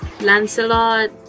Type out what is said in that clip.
Lancelot